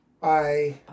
Bye